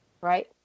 Right